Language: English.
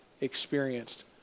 experienced